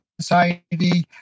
society